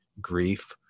grief